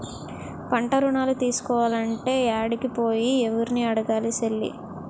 పంటరుణాలు తీసుకోలంటే యాడికి పోయి, యెవుర్ని అడగాలి సెల్లీ?